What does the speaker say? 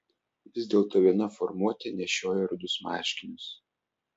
vis dėlto viena formuotė nešiojo rudus marškinius